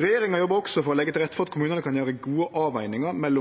Regjeringa jobbar også for å leggje til rette for at kommunane kan gjere gode